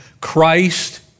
Christ